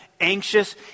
anxious